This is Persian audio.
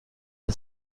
این